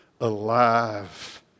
alive